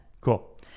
Cool